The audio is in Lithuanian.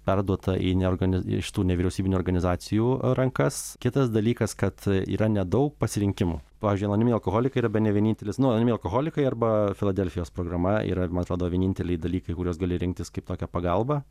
perduota į neorganiz į šitų nevyriausybinių organizacijų rankas kitas dalykas kad yra nedaug pasirinkimų pavyzdžiui anoniminiai alkoholikai yra bene vienintelis nu anoniminiai alkoholikai arba filadelfijos programa yra man atrodo vieninteliai dalykai kuriuos gali rinktis kaip tokią pagalbą